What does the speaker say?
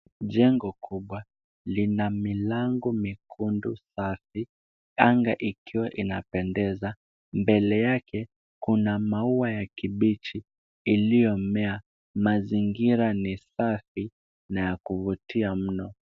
Jengo kubwa lina milango miekundu safi. Anga ikiwa inapendeza. Mbele yake kuna maua ya kibichi iliyomea. Mazingira ni safi na ya kuvutia mno.